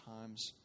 Times